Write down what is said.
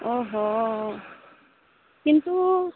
অহ হ কিন্তু